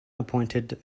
appointed